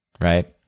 Right